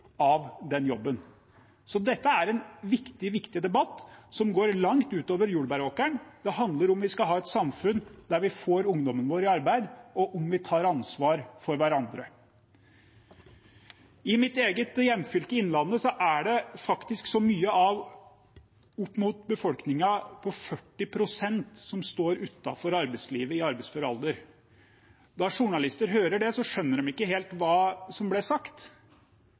av den jobben. Så dette er en viktig, viktig debatt, som går langt utover jordbæråkeren. Det handler om hvorvidt vi skal ha et samfunn der vi får ungdommen vår i arbeid, og om vi tar ansvar for hverandre I mitt eget hjemfylke, Innlandet, er det faktisk så mye som opp mot 40 pst. av befolkningen som står utenfor arbeidslivet i arbeidsfør alder. Når journalister hører det, skjønner de ikke helt hva som blir sagt,